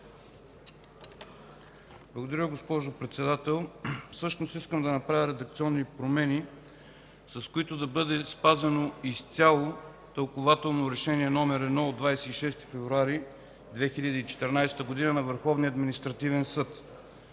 Благодаря, госпожо Председател. Искам да направя редакционни промени, с които да бъде спазено изцяло тълкувателно Решение № 1 от 26 февруари 2014 г. на Върховния административен съд.